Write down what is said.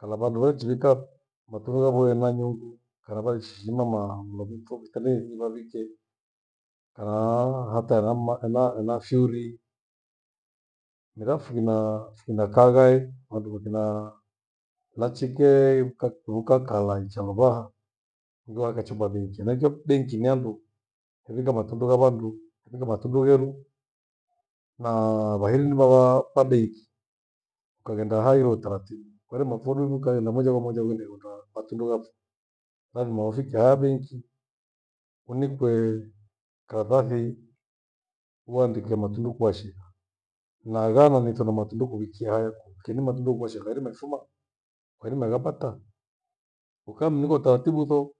kala vandu valechivika matundu yavo hena vyundu kana vali shimama mlovipho vitale thiwawikie kanaa hata erama ena- ena fyuri mira fukinaa fukinakhagha ehe handu kuthina nachike huk- hukakala ncha luvaha ndio wakachumba benki. Henachio benki ni handu kwevika matundu ghavandu, gevika matundu weru naa vairimbaa wa kwa benki ukaghenda hairo utaratibu. Kwairima fururuka henda moja kwa moja uende una matundu yapho lathima ufike ha benki unikwee karatathi uandike atundu kwashi na ghana neto na matundu kuwikia hayo kirima tughevashwa karima ifuma karima yapata. Ukamninga utaratibu utho.